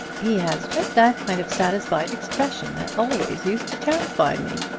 he has just that kind of satisfied expression that always used to terrify me.